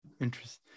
interesting